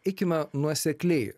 eikime nuosekliai